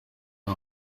aho